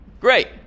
Great